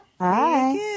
Hi